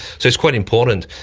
so it's quite important.